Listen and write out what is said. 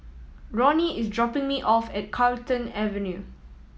Ronny is dropping me off at Carlton Avenue